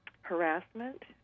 harassment